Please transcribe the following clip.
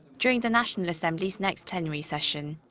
during the national assembly's next plenary session.